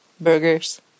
Burgers